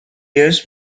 years